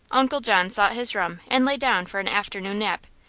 uncle john sought his room and lay down for an afternoon nap,